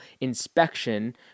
inspection